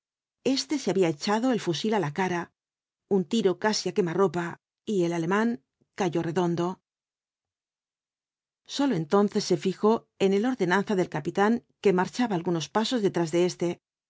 este se había echado el fusil á la cara un tiro casi á quemarropa y el alemán cayó redondo sólo entonces se fijó en el ordenanza del capitán que marchaba algunos pasos detrás de éste